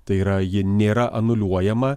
tai yra ji nėra anuliuojama